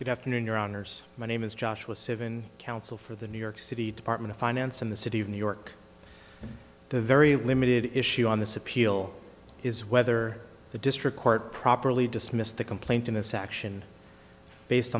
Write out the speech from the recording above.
good afternoon your honour's my name is joshua seven counsel for the new york city department of finance in the city of new york the very limited issue on this appeal is whether the district court properly dismissed the complaint in this action based